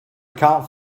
can’t